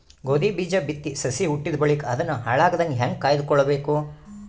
ಗೋಧಿ ಬೀಜ ಬಿತ್ತಿ ಸಸಿ ಹುಟ್ಟಿದ ಬಳಿಕ ಅದನ್ನು ಹಾಳಾಗದಂಗ ಹೇಂಗ ಕಾಯ್ದುಕೊಳಬೇಕು?